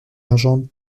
légendes